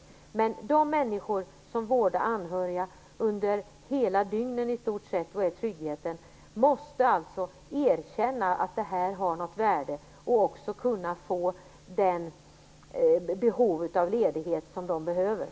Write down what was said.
Man måste erkänna att de människor som vårdar anhöriga under hela dygnet, och som är tryggheten för de sjuka, har ett värde. De måste få sitt behov av ledighet tillgodosett.